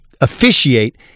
officiate